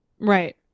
Right